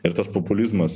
ir tas populizmas imti ką